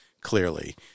clearly